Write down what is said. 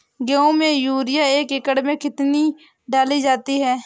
गेहूँ में यूरिया एक एकड़ में कितनी डाली जाती है?